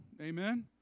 amen